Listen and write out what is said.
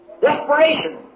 desperation